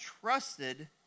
trusted